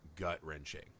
gut-wrenching